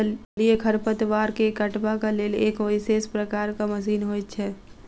जलीय खढ़पतवार के काटबाक लेल एक विशेष प्रकारक मशीन होइत छै